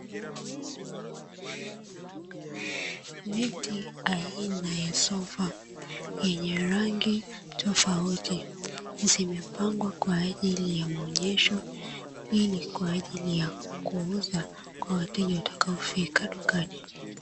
Viti aina ya sofa yenye rangi tofauti zimepangwa kwa ajili ya maonyesho, hii ni kwa ajili ya kuuza kwa wateja watakaofika dukani.